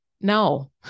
no